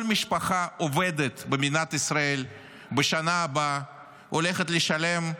כל משפחה עובדת במדינת ישראל בשנה הבאה הולכת לשלם,